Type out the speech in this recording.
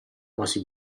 quasi